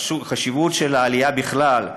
החשיבות של העלייה בכלל,